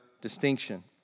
distinction